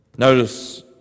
Notice